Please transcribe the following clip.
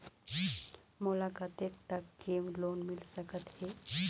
मोला कतेक तक के लोन मिल सकत हे?